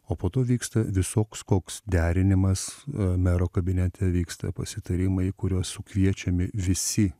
o po to vyksta visoks koks derinimas mero kabinete vyksta pasitarimai į kuriuos sukviečiami visi